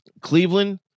Cleveland